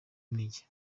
intege